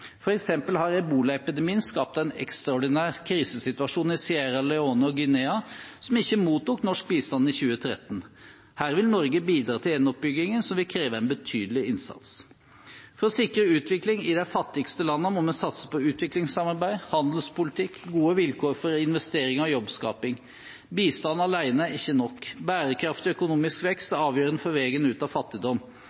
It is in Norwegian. eksempel har ebolaepidemien skapt en ekstraordinær krisesituasjon i Sierra Leone og Guinea, som ikke mottok norsk bistand i 2013. Her vil Norge bidra til gjenoppbyggingen, som vil kreve en betydelig innsats. For å sikre utvikling i de fattigste landene må vi satse på utviklingssamarbeid, handelspolitikk, gode vilkår for investeringer og jobbskaping. Bistand alene er ikke nok. Bærekraftig økonomisk vekst